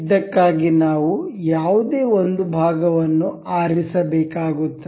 ಇದಕ್ಕಾಗಿ ನಾವು ಯಾವುದೇ ಒಂದು ಭಾಗವನ್ನು ಆರಿಸಬೇಕಾಗುತ್ತದೆ